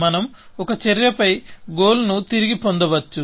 మనము ఒక చర్యపై గోల్ నితిరిగి పొందవచ్చు